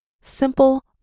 Simple